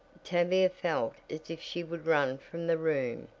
tavia felt as if she would run from the room,